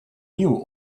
knew